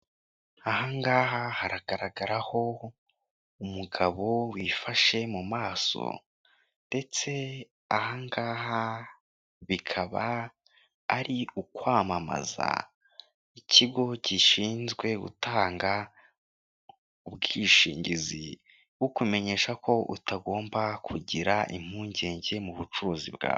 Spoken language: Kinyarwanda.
Ahangaha haragaragaraho umugabo wifashe mu maso ndetse ahangaha bikaba ari ukwamamaza ikigo gishinzwe gutanga ubwishingizi bwo kumenyesha ko utagomba kugira impungenge mu bucuruzi bwawe.